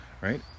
right